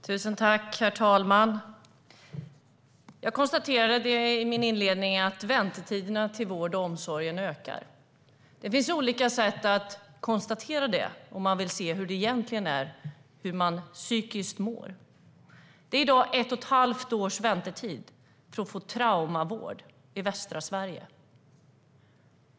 Herr talman! Jag konstaterade i min inledning att väntetiderna till vården och omsorgen ökar. Det finns olika sätt att konstatera det om man vill se hur det egentligen är och hur man psykiskt mår. Det är i dag ett och ett halvt års väntetid på att få traumavård i västra Sverige.